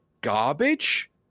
garbage